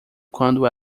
quando